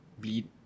Bleed